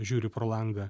žiūri pro langą